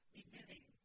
beginning